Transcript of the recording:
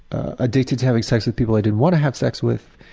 addicted to having sex with people i didn't want to have sex with,